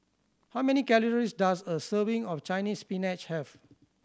how many calories does a serving of Chinese Spinach have